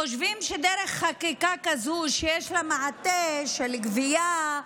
חושבים שדרך חקיקה כזאת שיש לה מעטה של גבייה,